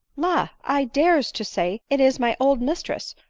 la! i dares to say it is my old mistress,